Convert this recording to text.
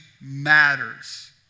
matters